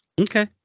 Okay